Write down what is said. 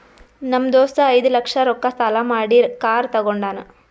ನಮ್ ದೋಸ್ತ ಐಯ್ದ ಲಕ್ಷ ರೊಕ್ಕಾ ಸಾಲಾ ಮಾಡಿ ಕಾರ್ ತಗೊಂಡಾನ್